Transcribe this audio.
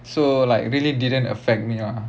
so like really didn't affect me lah